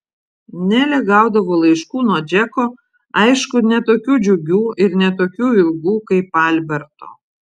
nelė gaudavo laiškų nuo džeko aišku ne tokių džiugių ir ne tokių ilgų kaip alberto